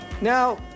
Now